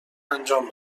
انجام